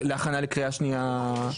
להכנה לקריאה שנייה?